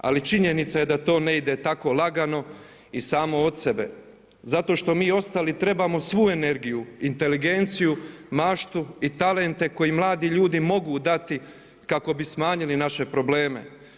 Ali činjenica je da to ne ide tako lagano i samo od sebe, zato što mi ostali trebamo svu energiju, inteligenciju, maštu i talente koje mladi ljudi mogu dati kako bi smanjili naše probleme.